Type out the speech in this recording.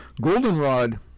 goldenrod